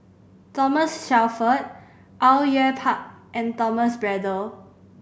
Thomas Shelford Au Yue Pak and Thomas Braddell